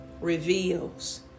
reveals